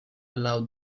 aloud